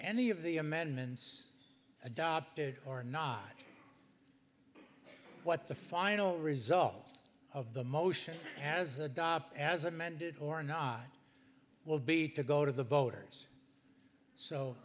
any of the amendments adopted or not what the final result of the motion has adopted as amended or not will be to go to the voters so